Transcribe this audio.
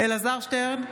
אלעזר שטרן,